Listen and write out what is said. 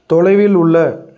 தொலைவில் உள்ள